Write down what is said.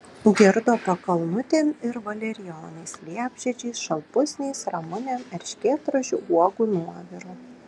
girdo pakalnutėm ir valerijonais liepžiedžiais šalpusniais ramunėm erškėtrožių uogų nuoviru